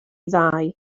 ddau